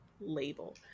label